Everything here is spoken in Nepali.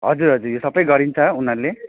हजुर हजुर यो सबै गरिन्छ उनीहरूले